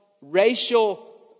racial